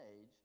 age